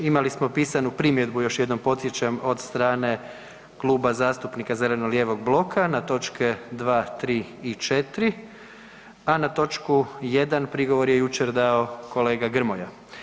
Imali smo pisanu primjedbu još jednom podsjećam od strane Kluba zastupnika zeleno-lijevog bloka na točke 2,3, i 4, a na točku 1 prigovor je jučer dao kolega Grmoja.